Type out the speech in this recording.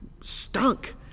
stunk